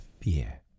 fear